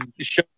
show